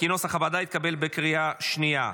כנוסח הוועדה, התקבל בקריאה שנייה.